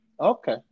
Okay